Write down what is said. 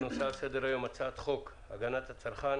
הנושא על סדר-היום: הצעת חוק הגנת הצרכן